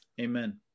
Amen